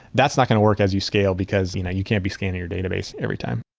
that's not going to work as you scale, because you know you can't be scanning your database every time